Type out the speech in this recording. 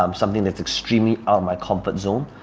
um something that's extremely out of my comfort zone.